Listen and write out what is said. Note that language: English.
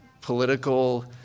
political